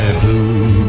blue